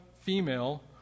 female